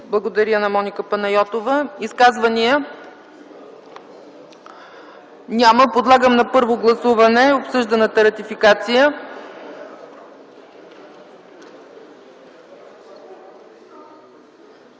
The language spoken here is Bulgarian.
Благодаря на Моника Панайотова. Има ли изказвания? Няма. Подлагам на първо гласуване обсъжданата ратификация.